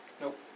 Nope